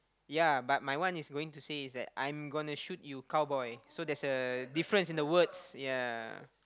ya but my one is going to say is that I'm going to shoot you cow boy so there's a difference in the words ya